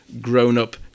grown-up